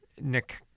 Nick